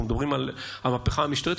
ואנחנו מדברים על המהפכה המשטרית,